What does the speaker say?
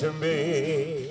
to me